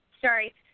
Sorry